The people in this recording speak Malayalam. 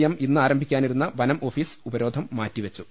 എം ഇന്ന് മുതൽ ആരംഭിക്കാ നിരുന്ന വനം ഓഫീസ് ഉപരോധം മാറ്റിവച്ചു